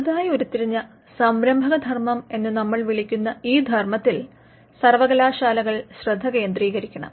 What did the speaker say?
പുതുതായി ഉരുത്തിരിഞ്ഞ സംരഭകധർമം എന്ന് നമ്മൾ വിളിക്കുന്ന ഈ ധർമ്മത്തിൽ സർവ്വകലാശാലകൾ ശ്രദ്ധ കേന്ദ്രികരിക്കണം